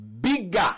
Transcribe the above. bigger